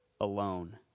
alone